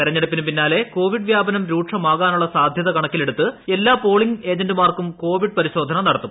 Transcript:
തെരഞ്ഞെടുപ്പിന് പിന്നാലെ കോവിഡ് വ്യാപനം രൂക്ഷമാകാനുള്ള സാധ്യത കണക്കിലെടുത്ത് എല്ലാ പോളിങ് ഏജന്റുമാർക്കും കോവിഡ് പരിശോധന നടത്തും